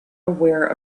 aware